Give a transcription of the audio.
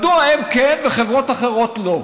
מדוע הן כן וחברות אחרות לא?